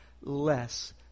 less